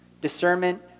Discernment